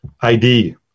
ID